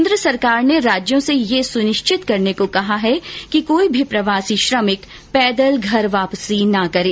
केन्द्र सरकार ने राज्यों से यह सुनिश्चित करने को कहा है कि कोई भी प्रवासी श्रमिक पैदल घर वापसी ना करें